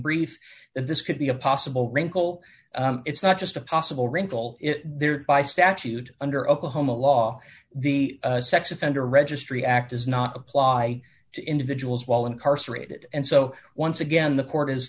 brief that this could be a possible wrinkle it's not just a possible wrinkle it there by statute under oklahoma law the sex offender registry act does not apply to individuals while incarcerated and so once again the court is